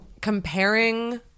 comparing